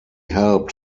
helped